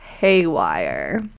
haywire